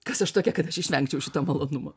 kas aš tokia kad aš išvengčiau šito malonumo